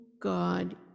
God